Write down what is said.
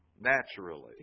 naturally